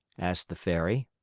asked the fairy.